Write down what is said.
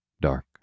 Dark